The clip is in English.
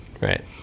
right